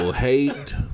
Hate